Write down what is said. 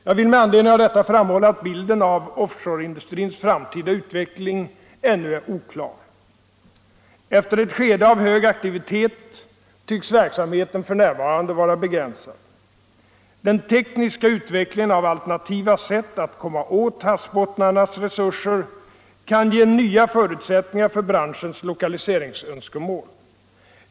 Jag vill med anledning av detta framhålla att bilden av offshoreindustrins framtida utveckling ännu är oklar. Efter ett skede av hög aktivitet tycks verksamheten f. n. vara begränsad. Den tekniska utvecklingen av alternativa sätt att komma åt havsbottnarnas resurser kan ge nya förutsättningar för branschens lokaliseringsönskemål.